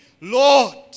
Lord